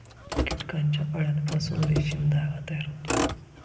कीटकांच्या अळ्यांपासून रेशीम धागा तयार होतो